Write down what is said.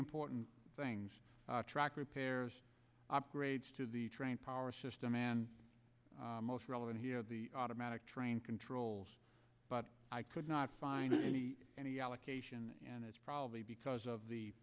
important things track repairs operates to the train power system and most relevant here the automatic train controls but i could not find any allocation and it's probably because of the